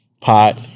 pot